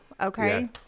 okay